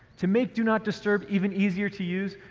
to make do not disturb even easier to use,